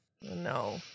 No